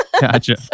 Gotcha